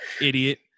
Idiot